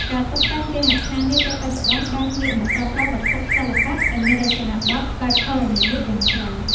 ការតុបតែងគេហដ្ឋាននាពេលបច្ចុប្បន្នបានងាកមកប្រើប្រាស់វត្ថុសិល្បៈដែលមានរចនាប័ទ្មបែបធរណីមាត្រយ៉ាងច្រើន។